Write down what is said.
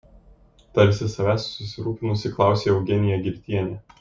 tarsi savęs susirūpinusi klausė eugenija girtienė